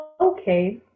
okay